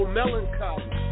melancholy